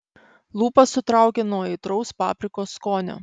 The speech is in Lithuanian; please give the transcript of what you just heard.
lūpas sutraukė nuo aitraus paprikos skonio